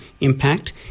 impact